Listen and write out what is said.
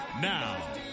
Now